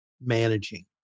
managing